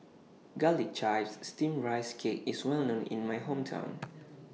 Garlic Chives Steamed Rice Cake IS Well known in My Hometown